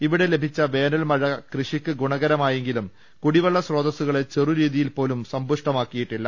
ഇവിടെ ലഭിച്ച വേനൽമഴ കൃഷിക്ക് ഗുണ്ട്കരമായെങ്കിലും കുടിവെള്ള സ്രോതസ്സുകളെ ചെറ്റൂരീതിയിൽപോലും സമ്പുഷ്ടമാക്കിയിട്ടില്ല